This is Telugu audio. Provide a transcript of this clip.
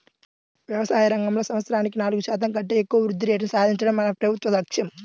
వ్యవసాయ రంగంలో సంవత్సరానికి నాలుగు శాతం కంటే ఎక్కువ వృద్ధి రేటును సాధించడమే మన ప్రభుత్వ లక్ష్యం